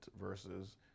versus